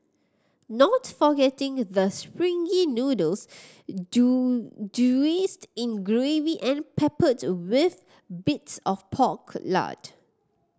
not forgetting the springy noodles doused in gravy and peppered with bits of pork lard